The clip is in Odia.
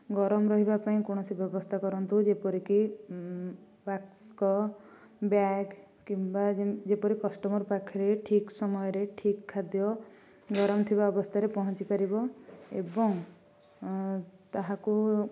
ଗରମ ରହିବା ପାଇଁ କୌଣସି ବ୍ୟବସ୍ଥା କରନ୍ତୁ ଯେପରି କି ବାକ୍ସ ବ୍ୟାଗ କିମ୍ବା ଯେପରି କଷ୍ଟମର ପାଖରେ ଠିକ୍ ସମୟରେ ଠିକ୍ ଖାଦ୍ୟ ଗରମ ଥିବା ଅବସ୍ଥାରେ ପହଞ୍ଚିପାରିବ ଏବଂ ତାହାକୁ